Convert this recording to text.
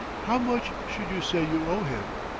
how much should you say you owe him?